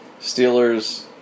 Steelers